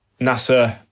NASA